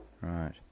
right